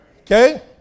Okay